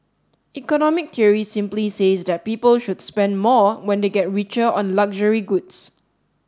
economic theory simply says that people should spend more when they get richer on luxury goods